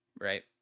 right